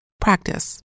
Practice